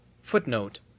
Footnote